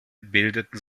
bildeten